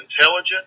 intelligent